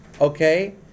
okay